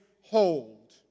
hold